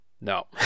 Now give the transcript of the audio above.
No